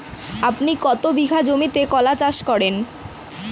আপনি কত বিঘা জমিতে কলা চাষ করেন?